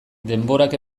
denborak